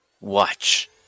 Watch